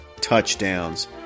touchdowns